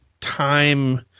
time –